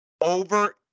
Over